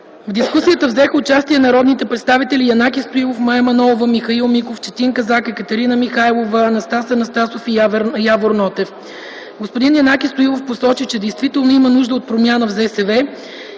В дискусията взеха участие народните представители Янаки Стоилов, Мая Манолова, Михаил Миков, Четин Казак, Екатерина Михайлова, Анастас Анастасов и Явор Нотев. Господин Янаки Стоилов посочи, че действително има нужда от промяна в